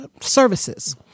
services